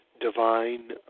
divine